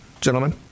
gentlemen